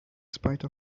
spite